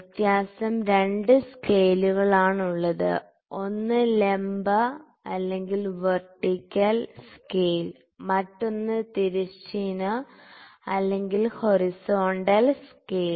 വ്യത്യാസം 2 സ്കെയിലുകളാണുള്ളത് ഒന്ന് ലംബ വെർട്ടിക്കൽ vertical സ്കെയിൽ മറ്റൊന്ന് തിരശ്ചീന ഹൊറിസോണ്ടൽ horizontal സ്കെയിൽ